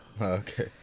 Okay